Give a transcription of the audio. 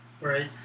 Right